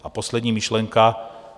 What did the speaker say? A poslední myšlenka.